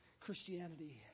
Christianity